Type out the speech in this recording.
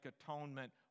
atonement